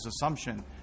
assumption